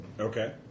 Okay